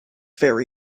very